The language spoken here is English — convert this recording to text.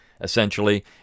essentially